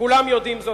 כולם יודעים זאת.